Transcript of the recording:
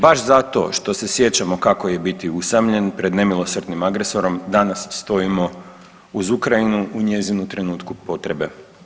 Baš zato što se sjećamo kako je biti usamljen pred nemilosrdnim agresorom danas stojimo uz Ukrajinu u njezinu trenutku potrebe.